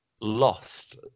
lost